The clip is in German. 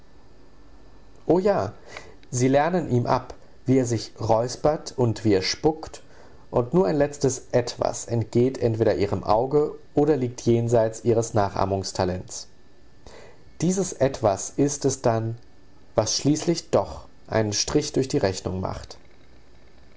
o ja sie lernen ihm ab wie er sich räuspert und wie er spuckt und nur ein letztes etwas entgeht entweder ihrem auge oder liegt jenseits ihres nachahmungstalents dies etwas ist es dann was schließlich doch einen strich durch die rechnung macht